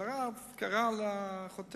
הרב קרא לחותן,